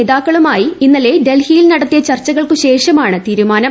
നേതാക്കളുമായി ഇന്നലെ ഡൽഹിയിൽ നടത്തിയ ചർച്ചകൾക്കുശേഷമാണ് തീരുമാനം